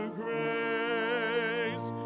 grace